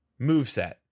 moveset